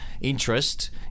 interest